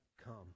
come